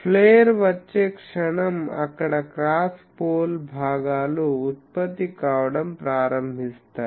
ప్లేర్ వచ్చే క్షణం అక్కడ క్రాస్ పోల్ భాగాలు ఉత్పత్తి కావడం ప్రారంభిస్తాయి